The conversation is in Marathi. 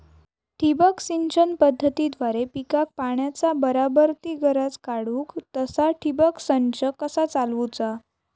ठिबक सिंचन पद्धतीद्वारे पिकाक पाण्याचा बराबर ती गरज काडूक तसा ठिबक संच कसा चालवुचा?